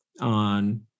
on